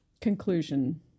Conclusion